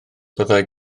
byddai